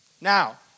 Now